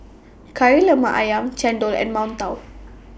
Kari Lemak Ayam Chendol and mantou